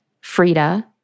Frida